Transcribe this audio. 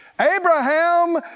Abraham